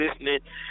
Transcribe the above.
listening